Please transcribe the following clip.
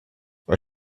our